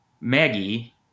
Maggie